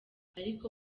ariko